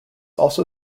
also